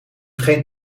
geen